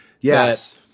Yes